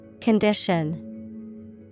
Condition